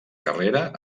carrera